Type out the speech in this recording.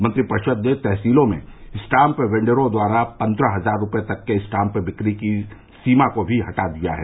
मंत्रिपरिषद ने तहसीलों में स्टाम्प वेंडरों द्वारा पन्द्रह हजार रूपये तक के स्टाम्प बिक्री की सीमा को भी हटा दिया है